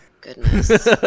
goodness